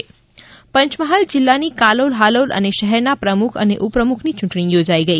પંચમહાલ ચુંટણી પંચમહાલ જીલ્લાની કાલોલ હાલોલ અને શહેરાના પ્રમુખ અને ઉપપ્રમુખની યુંટણી યોજાઈ ગઈ